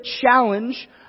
challenge